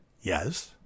yes